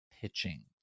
pitching